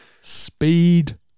Speed